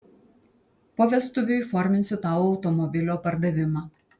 po vestuvių įforminsiu tau automobilio pardavimą